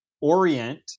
orient